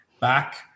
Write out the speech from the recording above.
back